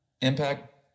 impact